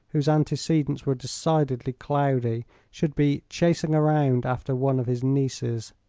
whose antecedents were decidedly cloudy, should be chasing around after one of his nieces,